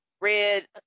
red